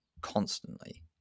constantly